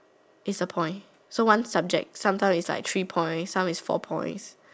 it's a point so one subject sometimes it's like three points some it's four points